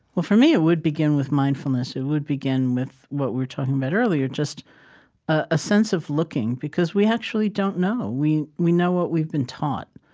well, for me, it would begin with mindfulness. it would begin with what we were talking about earlier, just a sense of looking because we actually don't know. we we know what we've been taught,